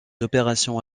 opérations